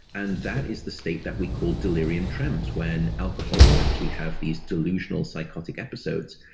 and that is the state that we call delirium tremens, when alcoholics actually have these delusional psychotic episodes.